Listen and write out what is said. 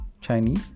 Chinese